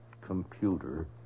computer